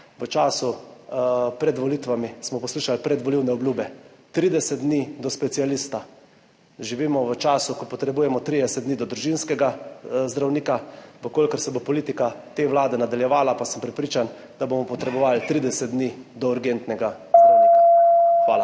V času pred volitvami smo poslušali predvolilne obljube, 30 dni do specialista. Živimo v času, ko potrebujemo 30 dni do družinskega zdravnika. Če se bo politika te vlade nadaljevala, pa sem prepričan, da Fvbomo potrebovali 30 dni do urgentnega zdravnika. Hvala.